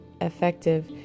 effective